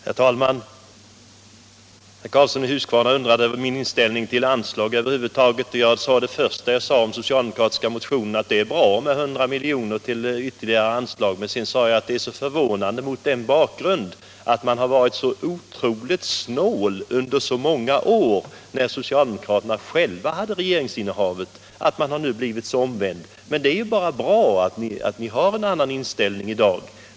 Herr talman! Herr Karlsson i Huskvarna undrade över min inställning till anslag över huvud taget. Det första jag sade om de socialdemokratiska motionerna var att det är bra med 100 miljoner i ytterligare anslag. Sedan sade jag att det är förvånande, mot bakgrund av att man har varit så otroligt snål under så många år när socialdemokraterna själva hade regeringsinnehavet, att man nu blivit omvänd. Men det är ju bara bra att ni har en annan inställning i dag.